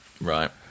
Right